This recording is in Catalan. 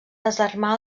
desarmar